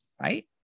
Right